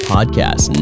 Podcast